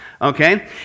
Okay